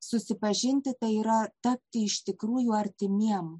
susipažinti tai yra tapti iš tikrųjų artimiem